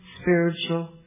spiritual